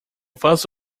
faço